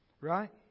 Right